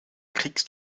kriegst